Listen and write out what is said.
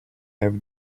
have